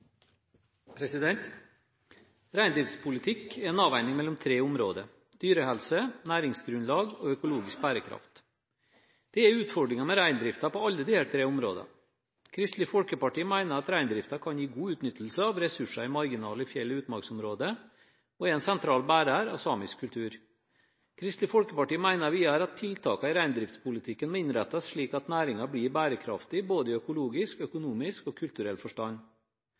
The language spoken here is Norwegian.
økologisk bærekraft. Det er utfordringer med reindriften på alle disse tre områdene. Kristelig Folkeparti mener at reindriften kan gi god utnyttelse av ressurser i marginale fjell- og utmarksområder, og at reindriften er en sentral bærer av samisk kultur. Kristelig Folkeparti mener videre at tiltakene i reindriftspolitikken må innrettes slik at næringen blir bærekraftig både i økologisk, økonomisk og kulturell forstand.